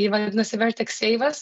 ji vadinosi vertek seivas